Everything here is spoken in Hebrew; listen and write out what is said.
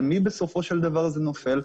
ועל מי בסופו של דבר זה נופל?